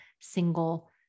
single